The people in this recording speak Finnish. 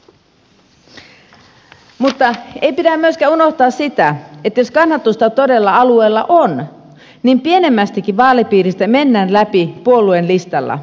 ei pidä myöskään unohtaa sitä että jos kannatusta todella alueella on niin pienemmästäkin vaalipiiristä mennään läpi puolueen listalla